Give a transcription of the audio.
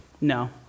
No